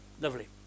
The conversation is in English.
Lovely